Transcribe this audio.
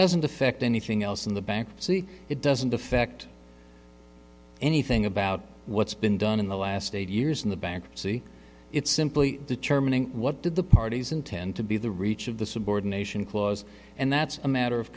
doesn't affect anything else in the bankruptcy it doesn't affect anything about what's been done in the last eight years in the bankruptcy it's simply determining what did the parties intend to be the reach of the subordination clause and that's a matter of